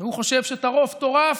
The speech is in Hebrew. והוא חושב ש"טרֹף טֹרף",